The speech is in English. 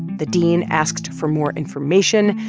the dean asked for more information.